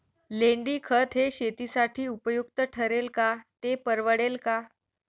लेंडीखत हे शेतीसाठी उपयुक्त ठरेल का, ते परवडेल का?